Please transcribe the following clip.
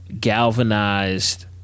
galvanized